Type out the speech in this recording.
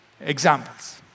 Examples